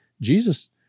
Jesus